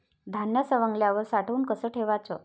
धान्य सवंगल्यावर साठवून कस ठेवाच?